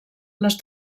les